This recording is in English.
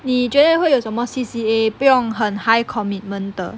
你觉得会有什么 C_C_A 不用很 high commitment 的